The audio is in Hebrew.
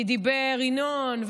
כי דיבר ינון,